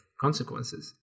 consequences